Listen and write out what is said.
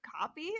copy